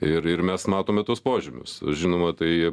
ir ir mes matome tuos požymius žinoma tai